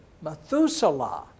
Methuselah